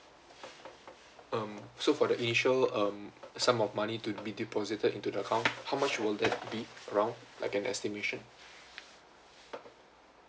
um so for the initial um sum of money to be deposited into the account how much will that be around like an estimation